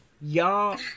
Y'all